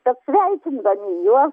tad sveikindami juos